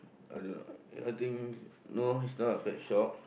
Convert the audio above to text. I don't know I think no it's not a pet shop